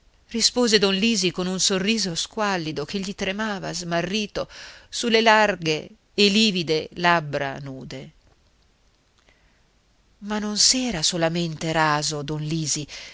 rispose don lisi con un sorriso squallido che gli tremava smarrito sulle larghe e livide labbra nude ma non s'era solamente raso don lisi